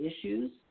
issues